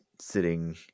sitting